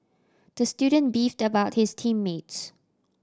the student beefed about his team mates